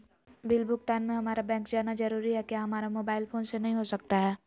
Bill भुगतान में हम्मारा बैंक जाना जरूर है क्या हमारा मोबाइल फोन से नहीं हो सकता है?